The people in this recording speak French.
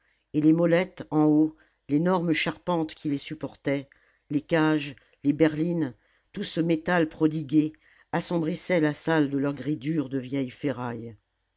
et les molettes en haut l'énorme charpente qui les supportait les cages les berlines tout ce métal prodigué assombrissait la salle de leur gris dur de vieilles ferrailles